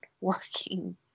working